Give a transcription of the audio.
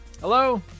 Hello